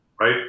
right